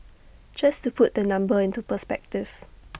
just to put the number into perspective